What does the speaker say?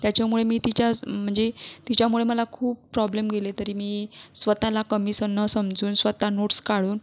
त्याच्यामुळं मी तिच्याच म्हणजे तिच्यामुळे मला खूप प्रॉब्लेम गेले तरी मी स्वतःला कमी सन न समजून स्वतः नोट्स काडून